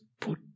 put